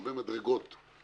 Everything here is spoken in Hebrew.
הרבה מדרגות קודם,